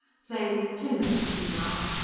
say ten minutes from now.